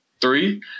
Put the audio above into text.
three